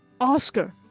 Oscar